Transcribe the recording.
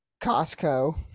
Costco